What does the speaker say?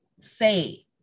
say